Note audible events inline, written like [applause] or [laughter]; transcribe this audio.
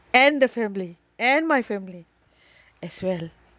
and the family and my family [breath] as well